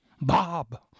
Bob